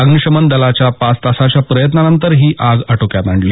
अग्नीशमन दलानं पाच तासांच्या प्रयत्नानंतर ही आग आटोक्यात आणली